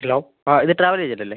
hello ആ ഇത് travel agent അല്ലേ